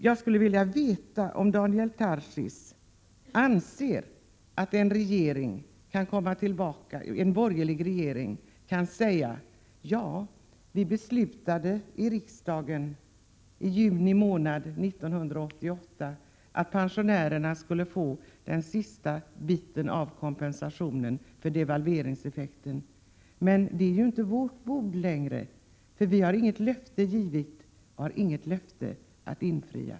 Jag skulle vilja veta om Daniel Tarschys anser att en borgerlig regering kan säga: Vi beslutade i riksdagen i juni 1988 att pensionärerna skulle få den sista biten av kompensationen för devalveringseffekten, men det är inte vårt bord längre. Vi har inte givit något löfte och har inget löfte att infria.